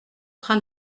train